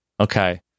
okay